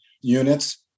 units